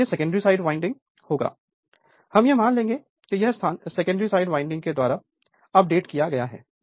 और यह secondary side winding होगा हम यह मान लेंगे कि यह स्थान सेकेंडरी साइड वाइंडिंग के द्वारा अपडेट किया गया है